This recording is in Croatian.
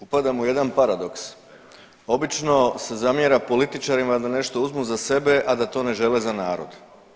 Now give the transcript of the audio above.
Upadam u jedan paradoks, obično se zamjera političarima da nešto uzmu za sebe, a da to ne žele za narod.